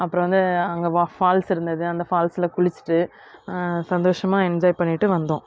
அப்புறோம் வந்து அங்கே வ ஃபால்ஸ் இருந்தது அந்த ஃபால்ஸ்ல குளிச்சிட்டு சந்தோஷமாக என்ஜாய் பண்ணிட்டு வந்தோம்